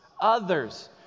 Others